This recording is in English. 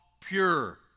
pure